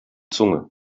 zunge